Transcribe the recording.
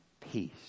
peace